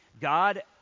God